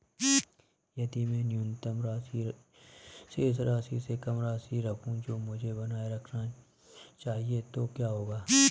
यदि मैं न्यूनतम शेष राशि से कम राशि रखूं जो मुझे बनाए रखना चाहिए तो क्या होगा?